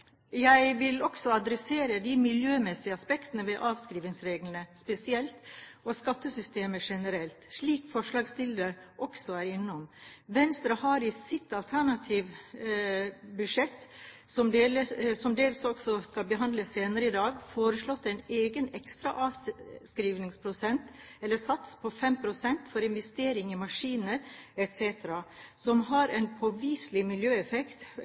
Jeg vil også adressere de miljømessige aspektene ved avskrivningsreglene spesielt og skattesystemet generelt, slik forslagsstillerne også er innom. Venstre har i sitt alternativ budsjett, som vi dels også skal behandle senere i dag, foreslått en egen ekstra avskrivningssats på 5 pst. for investeringer i maskiner etc. som har en påviselig miljøeffekt,